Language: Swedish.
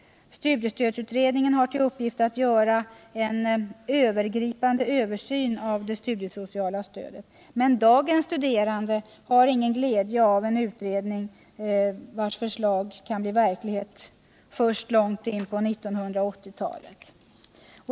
Studiestödsutredningen har till uppgift att göra en ”övergripande” översyn av det studiesociala stödet. Men dagens studerande har ingen glädje av en utredning vars förslag kan bli verklighet först långt in på 1980-talet.